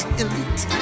elite